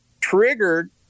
triggered